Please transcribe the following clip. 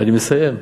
אני מסיים,